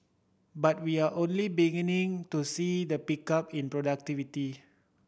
but we are only beginning to see the pickup in productivity